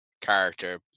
character